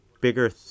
bigger